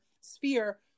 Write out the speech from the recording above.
sphere